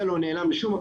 זה לא נעלם משום מקום.